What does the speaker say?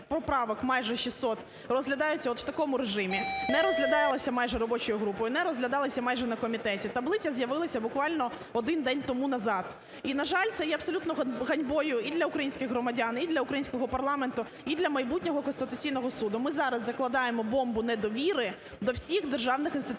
поправок, майже 600 розглядаються от в такому режимі, не розглядалися майже робочою групою, не розглядалися майже на комітеті, таблиця з'явилася буквально один день тому назад. І на жаль, це є абсолютною ганьбою і для українських громадян, і для українського парламенту, і для майбутнього Конституційного Суду, ми зараз закладаємо "бомбу недовіри" до всіх державних інститутів